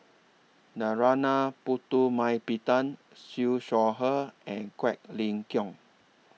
Narana Putumaippittan Siew Shaw Her and Quek Ling Kiong